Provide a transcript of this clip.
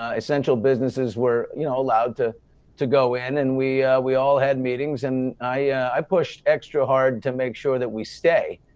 ah essential businesses were, you know, allowed to to go in. and we we all had meetings and i pushed extra hard to make sure that we stay.